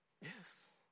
yes